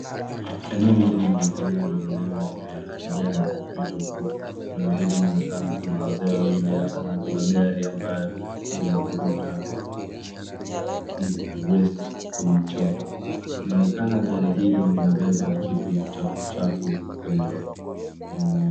Eneo hili inaonekana ni eneo ya kijani mitupu. Eneo hili inaonekana kuna wazee wawili na kuna gari ambayo inavuruta waste kwenye choo. Inaonekana gari hili linabeba kitu chafu chafu kwenye.